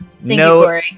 No